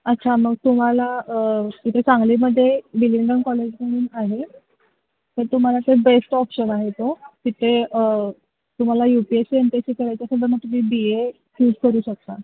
अच्छा मग तुम्हाला तिथे सांगलीमध्ये विलिंग्डन कॉलेज म्हणून आहे तर तुम्हाला ते बेस्ट ऑप्शन आहे तो तिथे तुम्हाला U P S C M P S C करायचं असेल तर मग तुम्ही बी ए यूज करू शकता